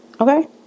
Okay